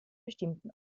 bestimmten